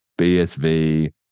BSV